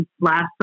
last